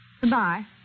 Goodbye